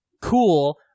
cool